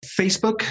Facebook